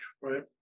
right